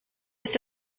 ist